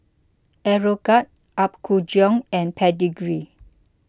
Aeroguard Apgujeong and Pedigree